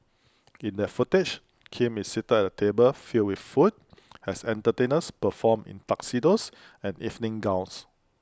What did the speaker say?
in that footage Kim is seated at A table filled with food as entertainers perform in tuxedos and evening gowns